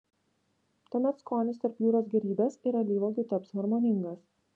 tuomet skonis tarp jūros gėrybės ir alyvuogių taps harmoningas